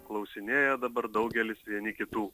klausinėja dabar daugelis vieni kitų